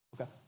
Okay